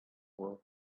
world